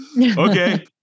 Okay